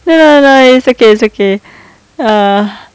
no no no no it's okay it's okay uh